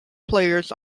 players